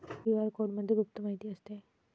QR कोडमध्ये गुप्त माहिती असते